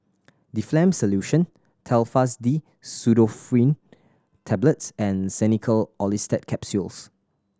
Difflam Solution Telfast D Pseudoephrine Tablets and Xenical Orlistat Capsules